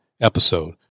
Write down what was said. episode